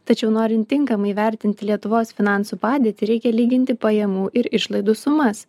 tačiau norint tinkamai įvertinti lietuvos finansų padėtį reikia lyginti pajamų ir išlaidų sumas